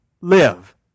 live